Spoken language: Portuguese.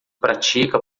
pratica